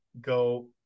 go